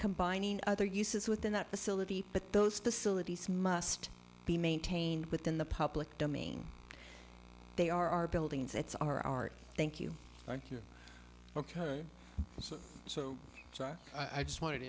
combining other uses within that facility but those facilities must be maintained within the public domain they are our buildings it's our art thank you thank you ok so i just wanted to